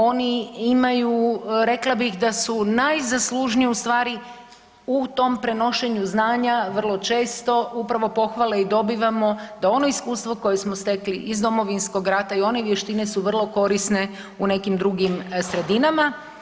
Oni imaju rekla bih da su najzaslužniji ustvari u tom prenošenju znanja, vrlo četo upravo pohvale i dobivamo da ono iskustvo koje smo stekli iz Domovinskog rata i one vještine su vrlo korisne u nekim drugim sredinama.